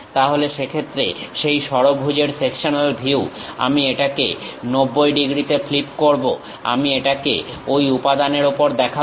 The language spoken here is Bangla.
তাহলে সেক্ষেত্রে সেই ষড়ভুজের সেকশনাল ভিউ আমি এটাকে 90 ডিগ্রীতে ফ্লিপ করব আমি এটাকে ঐ উপাদানের উপর দেখাবো